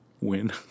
win